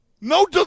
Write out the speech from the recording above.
No